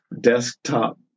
desktop